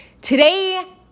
Today